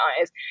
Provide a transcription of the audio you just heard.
eyes